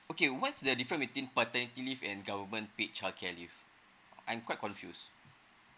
okay what's the difference between paternity leave and government paid childcare leave I'm quite confused